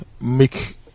make